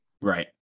Right